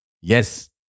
Yes